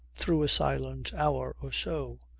through a silent hour or so,